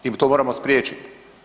I to moramo spriječiti.